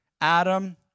Adam